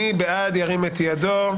מי בעד ירים את ידו?